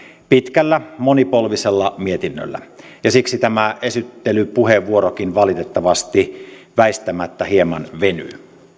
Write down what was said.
pitkällä monipolvisella mietinnöllä ja siksi tämä esittelypuheenvuorokin valitettavasti väistämättä hieman venyy